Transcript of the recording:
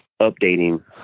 updating